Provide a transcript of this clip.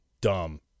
dumb